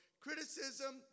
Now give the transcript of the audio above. criticism